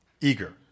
Eager